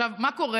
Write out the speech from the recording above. עכשיו מה קורה?